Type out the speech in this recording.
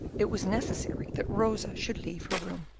it was necessary that rosa should leave her room.